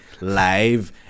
live